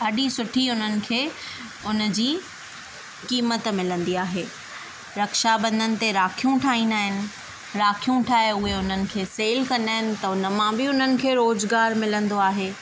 ॾाढी सुठी उन्हनि खे उन जी क़ीमत मिलंदी आहे रक्षा बंधन ते राखियूं ठाहींदा आहिनि राखियूं ठाहे उहे उन्हनि खे सेल कंदा आहिनि त उन मां बि उन्हनि खे रोजगार मिलंदो आहे